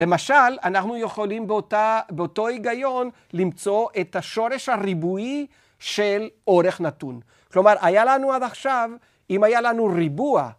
‫למשל, אנחנו יכולים באותה.. באותו היגיון ‫למצוא את השורש הריבועי של אורך נתון. ‫כלומר, היה לנו עד עכשיו, ‫אם היה לנו ריבוע...